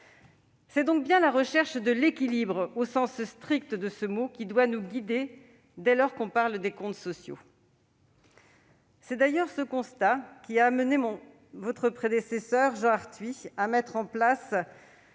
C'est donc bien la recherche de l'équilibre, au sens strict du terme, qui doit nous guider quand on parle des comptes sociaux. C'est d'ailleurs ce constat qui a amené votre prédécesseur Jean Arthuis à mettre en place